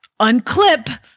unclip